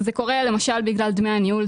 זה קורה למשל בגלל דמי הניהול.